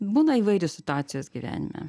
būna įvairios situacijos gyvenime